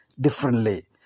differently